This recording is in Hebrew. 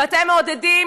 ואתם מעודדים,